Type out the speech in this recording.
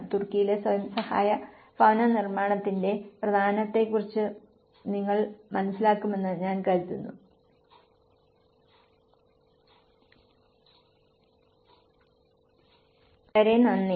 തുർക്കിയിലെ സ്വയം സഹായ ഭവന പുനർനിർമ്മാണത്തിന്റെ പ്രാധാന്യത്തെക്കുറിച്ച് നിങ്ങൾ മനസ്സിലാക്കുമെന്ന് ഞാൻ പ്രതീക്ഷിക്കുന്നു വളരെ നന്ദി